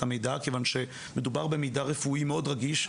המידע כיוון שמדובר במידע רפואי מאוד רגיש.